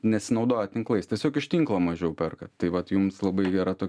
nesinaudojat tinklais tiesiog iš tinklo mažiau perkat tai vat jums labai gera to